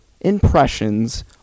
impressions